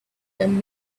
them